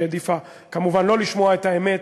שהעדיפה כמובן שלא לשמוע את האמת,